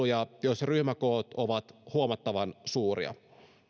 ja kouluja joissa ryhmäkoot ovat huomattavan suuria